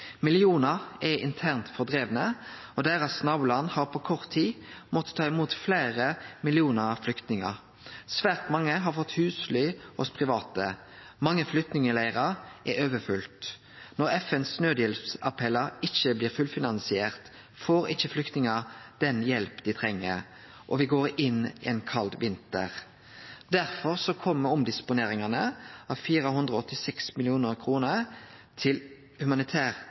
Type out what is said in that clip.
Millionar er internt fordrivne, og deira naboland har på kort tid måtta ta imot fleire millionar flyktningar. Svært mange har fått husly hos private. Mange flyktningleirar er overfylte. Når FN sine naudhjelpsappellar ikkje blir fullfinansierte, får ikkje flyktningar den hjelpa dei treng, og me går inn i ein kald vinter. Derfor kjem omdisponeringane av 486 mill. kr til humanitær